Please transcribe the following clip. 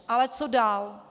Ale co dál?